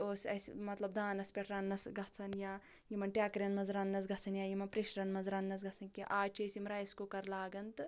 اوس اسہِ مطلب دانَس پٮ۪ٹھ رَننَس گَژھان یا یمن ٹیٚکریٚن مَنٛز رَننَس گَژھان یا یمن پرٛیٚشرَن مَنٛز رَننَس گَژھان کیٚنٛہہ آز چھِ أسۍ یم رایس کُکر لاگان تہٕ